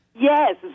Yes